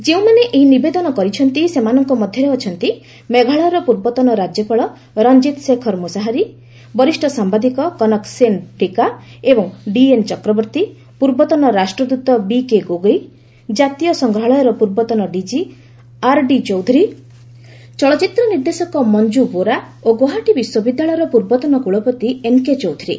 ଯେଉଁମାନେ ଏହି ନିବେଦନ କରିଛନ୍ତି ସେମାନଙ୍କ ମଧ୍ୟରେ ଅଛନ୍ତି ମେଘାଳୟର ପୂର୍ବତନ ରାଜ୍ୟପାଳ ରଞ୍ଜିତ ଶେଖର ମୃଷାହାରି ବରିଷ୍ଠ ସାମ୍ବାଦିକ କନକ ସେନ୍ ଡେକା ଏବଂ ଡିଏନ୍ ଚକ୍ରବର୍ତ୍ତୀ ପୂର୍ବତନ ରାଷ୍ଟ୍ରଦୃତ ବିକେ ଗୋଗୋଇ ଜାତୀୟ ସଂଗ୍ରହାଳୟର ପୂର୍ବତନ ଡିକି ଆର୍ଡି ଚୌଧୁରୀ ଚଳଚ୍ଚିତ୍ର ନିର୍ଦ୍ଦେଶକ ମଞ୍ଜୁ ବୋରା ଓ ଗୁଆହାଟୀ ବିଶ୍ୱବିଦ୍ୟାଳୟର ପୂର୍ବତନ କୁଳପତି ଏନ୍କେ ଚୌଧୁରୀ